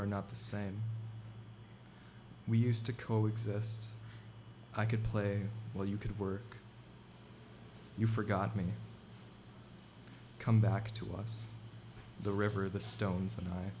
are not the same we used to co exist i could play well you could work you forgot me come back to us the river the stones and i